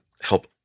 help